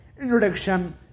introduction